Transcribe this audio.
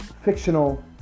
Fictional